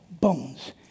bones